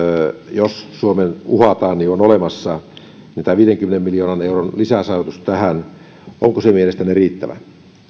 jos suomea uhataan on olemassa tämä viidenkymmenen miljoonan euron lisärahoitus tähän onko se mielestänne riittävä